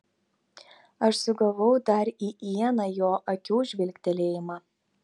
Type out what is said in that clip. aš sugavau dar į ieną jo akių žvilgtelėjimą